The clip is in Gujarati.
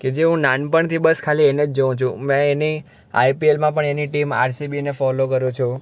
કે જે હું નાનપણથી બસ ખાલી એને જ જોઉં છું મેં એની આઈપીએલ માં પણ એની ટીમ આરસીબીને ફૉલો કરું છું